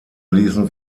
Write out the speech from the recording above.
ließen